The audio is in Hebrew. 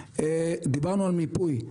דיברנו על מיפוי.